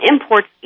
imports